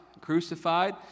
crucified